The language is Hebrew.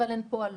אבל הן פועלות.